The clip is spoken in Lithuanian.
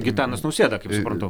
gitanas nausėda kaip suprantu